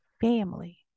family